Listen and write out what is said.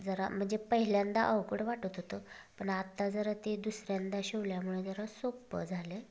जरा म्हणजे पहिल्यांदा अवघड वाटत होतं पण आत्ता जरा ते दुसऱ्यांदा शिवल्यामुळं जरा सोपं झालं आहे